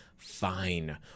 Fine